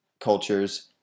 cultures